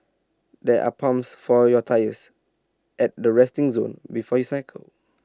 there are pumps for your tyres at the resting zone before you cycle